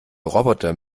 roboter